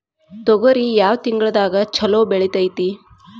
ತೊಗರಿ ಯಾವ ತಿಂಗಳದಾಗ ಛಲೋ ಬೆಳಿತೈತಿ?